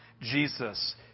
Jesus